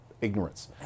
ignorance